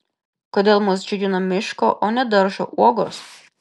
kodėl mus džiugina miško o ne daržo uogos